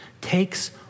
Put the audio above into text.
takes